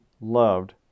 loved